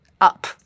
up